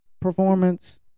performance